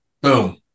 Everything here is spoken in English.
boom